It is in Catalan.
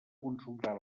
consultar